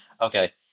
Okay